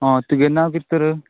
आं तुगे नांव कितें तर